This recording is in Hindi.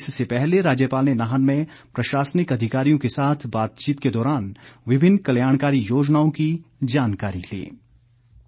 इससे पहले राज्यपाल ने नाहन में प्रशासनिक अधिकारियों के साथ बातचीत के दौरान विभिन्न कल्याणकारी योजनाओं की जानकारी ली